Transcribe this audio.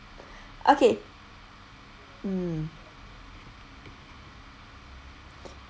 okay mm